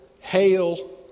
Hail